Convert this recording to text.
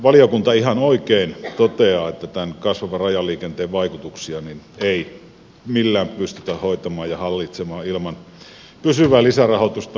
valiokunta ihan oikein toteaa että tämän kasvavan rajaliikenteen vaikutuksia ei millään pystytä hoitamaan ja hallitsemaan ilman pysyvää lisärahoitusta